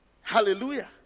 Hallelujah